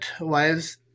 wives